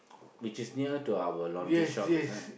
which is near to our laundry shop is it